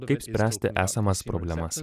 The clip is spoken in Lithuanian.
kaip spręsti esamas problemas